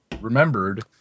remembered